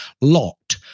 Locked